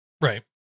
Right